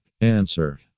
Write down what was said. Answer